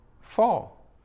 fall